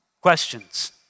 Questions